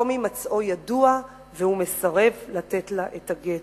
מקום הימצאו ידוע והוא מסרב לתת לה את הגט.